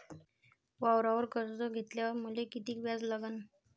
वावरावर कर्ज घेतल्यावर मले कितीक व्याज लागन?